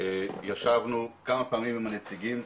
ישבנו כמה פעמים עם הנציגים.